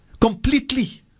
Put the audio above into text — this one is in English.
completely